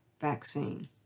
vaccine